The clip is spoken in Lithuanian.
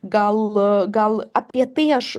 gal gal apie tai aš